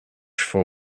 for